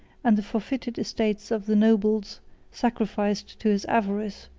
and the forfeited estates of the nobles sacrificed to his avarice,